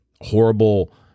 horrible